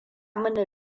mini